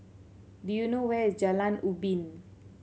do you know where is Jalan Ubin